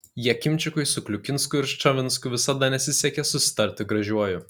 jakimčikui su kliukinsku ir ščavinsku visada nesisekė susitarti gražiuoju